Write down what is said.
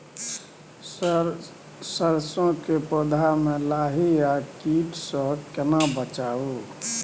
Sir सरसो के पौधा में लाही आ कीट स केना बचाऊ?